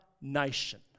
nation